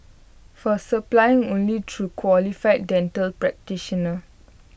for supply only through qualified dental practitioner